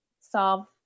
solve